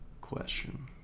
question